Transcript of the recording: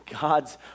God's